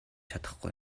чадахгүй